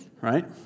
Right